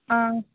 ஆ